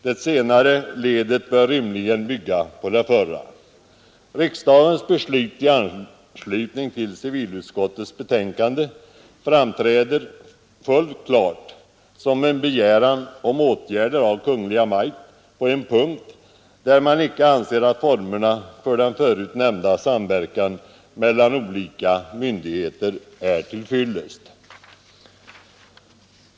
Det senare ledet bör rimligen bygga på det förra. Riksdagens beslut i anslutning till civilutskottets betänkande framträder fullt klart som en begäran om åtgärder av Kungl. Maj:t på en punkt där man icke anser att formerna för den förut nämnda samverkan mellan olika myndigheter är till fyllest.